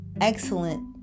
excellent